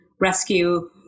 rescue